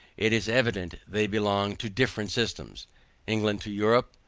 it is evident they belong to different systems england to europe,